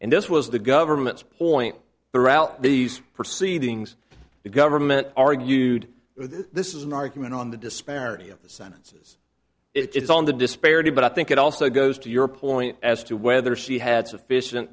and this was the government's point throughout these proceedings the government argued this is an argument on the disparity of the senate says it's on the disparity but i think it also goes to your point as to whether she had sufficient